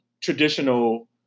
traditional